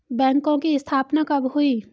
बैंकों की स्थापना कब हुई?